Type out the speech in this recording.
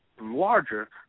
larger